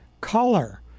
color